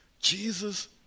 Jesus